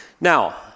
Now